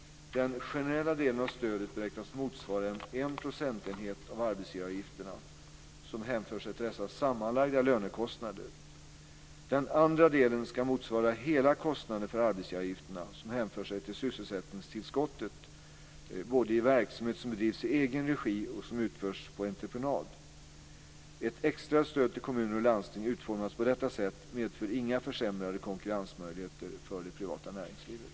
Den generella delen av stödet beräknas motsvara en procentenhet av arbetsgivaravgifterna som hänför sig till dessa sammanlagda lönekostnader. Den andra delen ska motsvara hela kostnaden för arbetsgivaravgifterna som hänför sig till sysselsättningstillskottet både i verksamhet som bedrivs i egen regi och som utförs på entreprenad. Ett extra stöd till kommuner och landsting utformat på detta sätt medför inga försämrade konkurrensmöjligheter för det privata näringslivet.